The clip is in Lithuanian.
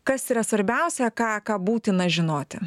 kas yra svarbiausia ką ką būtina žinoti